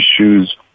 issues